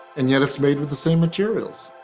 and yet it's made with the same materials.